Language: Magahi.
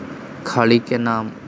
खड़ी के नाम?